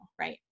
right